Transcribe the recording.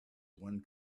one